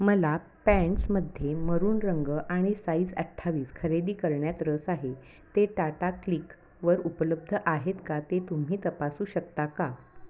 मला पँनट्समध्ये मरून रंग आणि साईज अठ्ठावीस खरेदी करण्यात रस आहे ते टाटा क्लिकवर उपलब्ध आहेत का ते तुम्ही तपासू शकता का